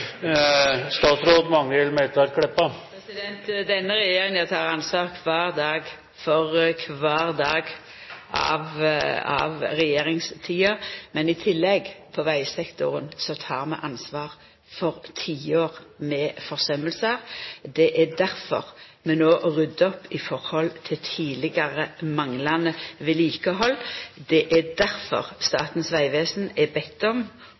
Denne regjeringa tek ansvar for kvar dag av regjeringstida, men i tillegg tek vi ansvar for tiår med forsømmingar i vegsektoren. Det er difor vi no ryddar opp i tidlegare manglande vedlikehald. Det er difor Statens vegvesen er bedt om